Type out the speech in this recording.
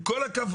עם כל הכבוד,